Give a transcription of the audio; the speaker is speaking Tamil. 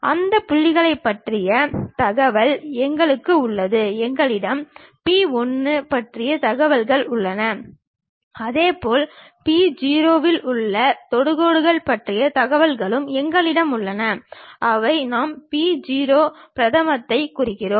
அந்த புள்ளியைப் பற்றிய தகவல் எங்களிடம் உள்ளது எங்களிடம் p 1 பற்றிய தகவல்கள் உள்ளன அதேபோல் p0 இல் உள்ள தொடுகோடு பற்றிய தகவல்களும் எங்களிடம் உள்ளன அவை நாம் p0 பிரதமத்தைக் குறிக்கிறோம்